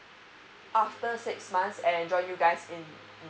after six months and then join you guys in